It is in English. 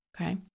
okay